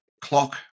clock